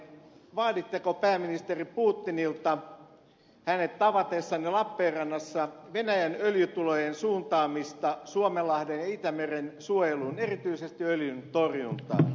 vaaditteko pääministeri putinilta hänet tavatessanne lappeenrannassa venäjän öljytulojen suuntaamista suomenlahden ja itämeren suojeluun erityisesti öljyntorjuntaan